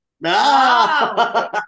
No